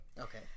Okay